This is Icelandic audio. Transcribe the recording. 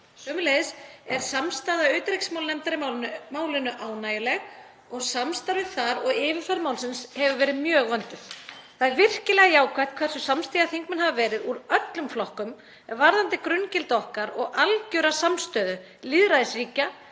Sömuleiðis er samstaða utanríkismálanefndar í málinu ánægjuleg og samstarfið þar og yfirferð málsins hefur verið mjög vönduð. Það er virkilega jákvætt hversu samstiga þingmenn hafa verið, úr öllum flokkum, varðandi grunngildi okkar og algjöra samstöðu lýðræðisríkja